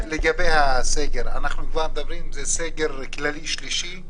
עלייה באשפוזים הפסיכיאטריים הכפויים ותמותה מוגברת כתוצאה מכל זה.